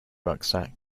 rucksack